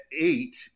eight